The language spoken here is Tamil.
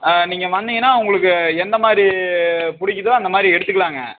நீங்கள் வந்திங்கன்னால் உங்களுக்கு எந்த மாதிரி பிடிக்குதோ அந்த மாதிரி எடுத்துக்கலாங்க